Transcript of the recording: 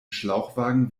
schlauchwagen